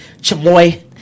chamoy